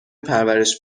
پرورش